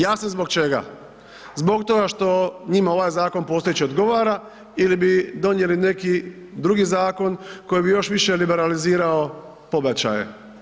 Jasno je zbog čega, zbog toga što njima ovaj zakon postojeći odgovara ili bi donijeli neki drugi zakon koji bi još više liberalizirao pobačaje.